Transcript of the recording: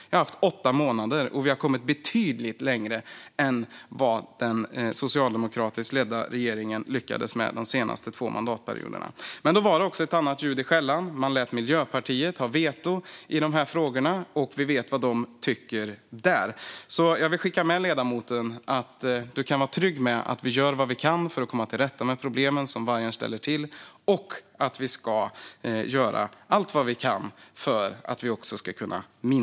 Jag har haft åtta månader på mig, och vi har kommit betydligt längre än vad den socialdemokratiskt ledda regeringen lyckades med de senaste två mandatperioderna. Men då var det också ett annat ljud i skällan. Man lät Miljöpartiet ha veto i dessa frågor, och vi vet vad de tycker. Jag vill skicka med ledamoten att han kan vara trygg med att vi gör vad vi kan för att komma till rätta med de problem som vargen ställer till och att vi ska göra allt vi kan för att minska vargstammen.